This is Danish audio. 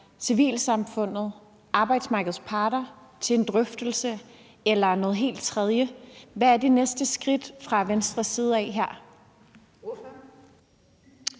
civilsamfundet og arbejdsmarkedets parter til en drøftelse eller noget helt tredje? Hvad er det næste skridt fra Venstres side her?